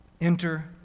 enter